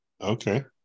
Okay